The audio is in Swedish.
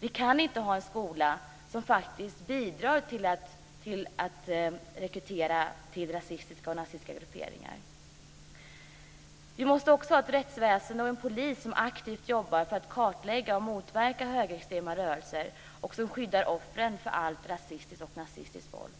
Vi kan inte ha en skola som bidrar till att rekrytera till rasistiska och nazistiska grupperingar. Vi måste också ha ett rättsväsende och en polis som aktivt jobbar för att kartlägga och motverka högerextrema rörelser och som skyddar offren för allt rasistiskt och nazistiskt våld.